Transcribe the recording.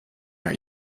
are